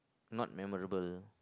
not memorable